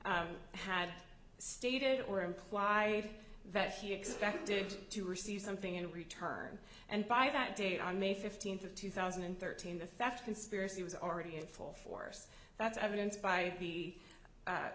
had stated or implied that he expected to receive something in return and by that date on may fifteenth of two thousand and thirteen the theft conspiracy was already in full force that's evidence by